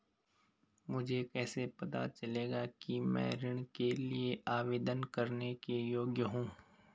मुझे कैसे पता चलेगा कि मैं ऋण के लिए आवेदन करने के योग्य हूँ?